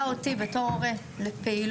מכניסה אותי בתור הורה לפעילות